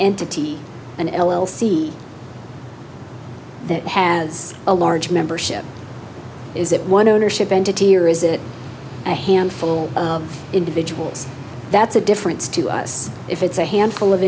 entity an l l c that has a large membership is it one ownership entity or is it a handful of individuals that's a difference to us if it's a handful of